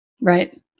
Right